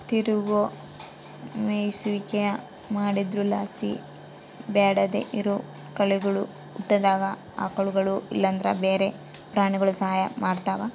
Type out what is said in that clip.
ತಿರುಗೋ ಮೇಯಿಸುವಿಕೆ ಮಾಡೊದ್ರುಲಾಸಿ ಬ್ಯಾಡದೇ ಇರೋ ಕಳೆಗುಳು ಹುಟ್ಟುದಂಗ ಆಕಳುಗುಳು ಇಲ್ಲಂದ್ರ ಬ್ಯಾರೆ ಪ್ರಾಣಿಗುಳು ಸಹಾಯ ಮಾಡ್ತವ